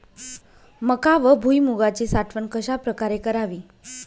मका व भुईमूगाची साठवण कशाप्रकारे करावी?